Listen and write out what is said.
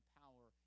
power